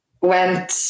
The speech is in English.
Went